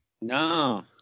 No